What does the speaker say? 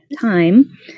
time